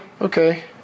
okay